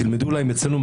תלמדו אולי מאצלנו,